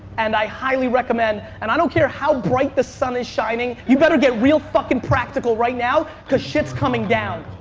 and i highly recommend and i don't care how bright the sun is shining you better get real fucking practical right now cause shit's coming down.